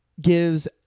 gives